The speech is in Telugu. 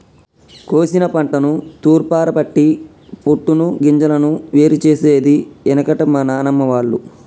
కోశిన పంటను తూర్పారపట్టి పొట్టును గింజలను వేరు చేసేది ఎనుకట మా నానమ్మ వాళ్లు